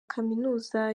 kaminuza